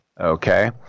Okay